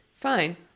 Fine